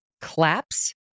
claps